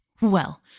Well